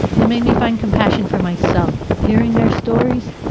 it makes me find compassion for myself hearing their stories